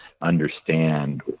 understand